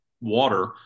water